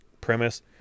premise